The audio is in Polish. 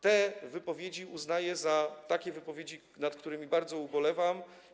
Te wypowiedzi uznaję za takie wypowiedzi, nad którymi bardzo ubolewam.